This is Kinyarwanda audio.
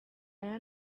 aya